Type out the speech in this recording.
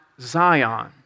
Zion